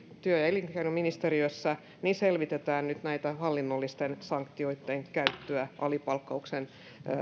työ ja elinkeinoministeriössä selvitetään nyt näitä hallinnollisten sanktioitten käyttöä alipalkkauksen